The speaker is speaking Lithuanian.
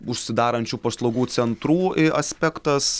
užsidarančių paslaugų centrų aspektas